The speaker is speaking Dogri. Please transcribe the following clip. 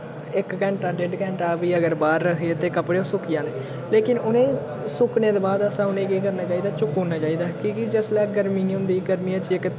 इक घैंटा ढेड्ड घैंटा बी अगर बाह्र रक्खगे ते कपड़े सुक्की जाने लेकिन उ'नें सुक्कने दे बाद असें उ'ने केह् करना चाहिदा चुक्की ओड़ा चाहिदा कि के जिसलै गर्मी नि होंदी गर्मियें च जेह्के